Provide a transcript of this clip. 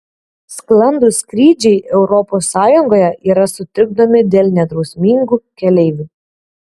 sklandūs skrydžiai europos sąjungoje yra sutrikdomi dėl nedrausmingų keleivių